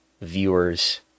viewers